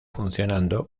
funcionando